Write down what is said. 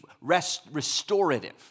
restorative